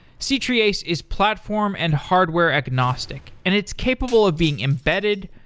c-treeace is platform and hardware-agnostic and it's capable of being embedded,